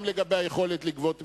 גם לגבי היכולת לגבות מסים.